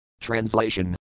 Translation